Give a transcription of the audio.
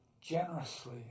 generously